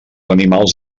animals